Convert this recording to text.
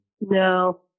No